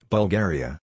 Bulgaria